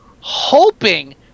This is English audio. hoping